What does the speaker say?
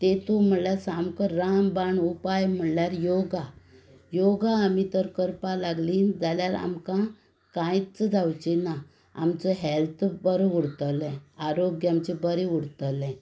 तेतू म्हळ्या सामको रामबाण उपाय म्हळ्ळ्यार योगा योगा आमी तर करपा लागलीं जाल्यार आमकां कांयच जावचें ना आमचो हॅल्त बरो उरतलें आरोग्य आमचें बरें उरतलें